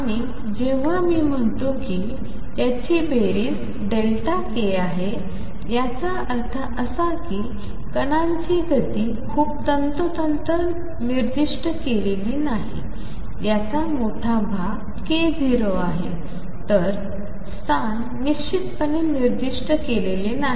आणि जेव्हा मी म्हणतो की त्यांची बेरीज Δ k आहे याचा अर्थ असा की कणांची गती खूप तंतोतंत निर्दिष्ट केलेली नाही याचा मोठा भाग k0 आहे तर स्थान निश्चितपणे निर्दिष्ट केलेले नाही